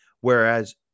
whereas